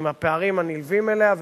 עם הפערים הנלווים אליה,